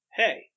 hey